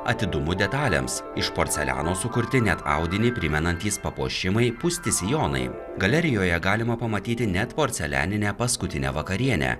atidumu detalėms iš porceliano sukurti net audinį primenantys papuošimai pūsti sijonai galerijoje galima pamatyti net porcelianinę paskutinę vakarienę